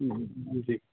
जी